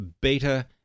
beta